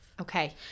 okay